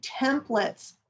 templates